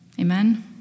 Amen